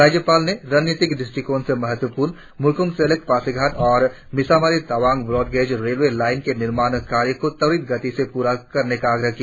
राज्य पाल ने रणनीतिक दृष्टिकोण से महत्वपूर्ण मुराकोंगसेलेक पासीघाट और Mishamari Tawang broad gauge railway line के निर्माण कार्य को त्वरित गति से पूरा करने का आग्रह किया